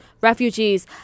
refugees